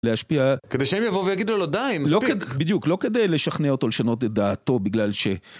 להשפיע... כדי שהם יבואו ויגידו לו די, מספיק. בדיוק, לא כדי לשכנע אותו לשנות את דעתו בגלל ש...